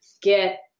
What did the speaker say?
get